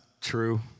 true